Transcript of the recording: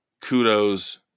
Kudos